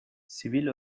sivil